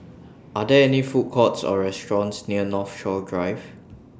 Are There any Food Courts Or restaurants near Northshore Drive